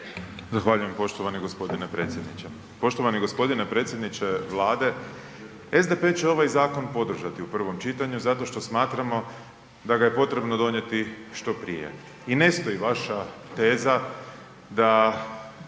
Zahvaljujem poštovani gospodine predsjedniče. Poštovani gospodine predsjedniče Vlade, SDP će ovaj zakon podržati u prvom čitanju zato što smatramo da ga je potrebno donijeti što prije. I ne stoji vaša teza da